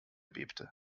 bebte